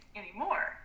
anymore